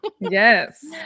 Yes